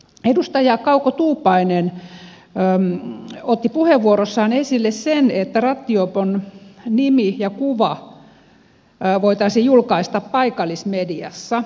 edustaja kauko tuupainen otti puheenvuorossaan esille sen että rattijuopon nimi ja kuva voitaisiin julkaista paikallismediassa